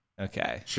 okay